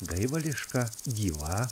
gaivališka gyva